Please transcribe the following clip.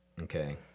okay